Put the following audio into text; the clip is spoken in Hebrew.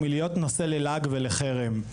מלהיות נושא ללעג ולחרם.